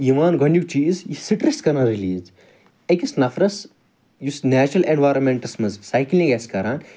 یِوان گۄڈٕنیٛوک چیٖز یہِ چھُ سٹریٚس کران رِلیٖز أکِس نفرَس یُس نیچرَل ایٚنویٚرَانمیٚنٹَس مَنٛز سایکٕلِنٛگ آسہِ کَران